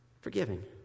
Forgiving